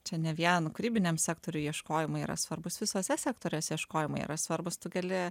čia ne vien kūrybiniam sektoriui ieškojimai yra svarbūs visuose sektoriuose ieškojimai yra svarbūs tu gali